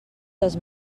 dels